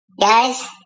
Guys